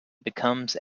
becomes